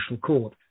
court